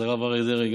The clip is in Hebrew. אז הרב אריה דרעי,